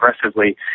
aggressively